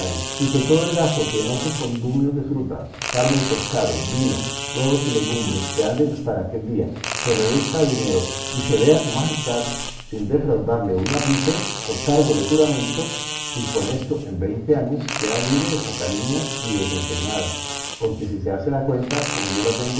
y que todo el gasto que en otros condumios de fruta carne y pescado vino huevos y legumbres que han de gastar aquel día se reduzga a dinero y se dé a su majestad sin defraudalle un ardite so cargo de juramento y con esto en veinte años queda libre de socaliñas y desempeñado porque si se hace la cuenta como yo la tengo